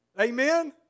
Amen